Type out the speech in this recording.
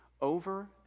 over